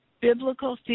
biblical